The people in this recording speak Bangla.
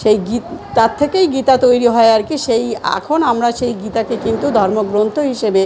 সেই গীত তার থেকেই গীতা তৈরি হয় আর কি সেই এখন আমরা সেই গীতাকে কিন্তু ধর্মগ্রন্থ হিসেবে